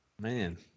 Man